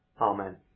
Amen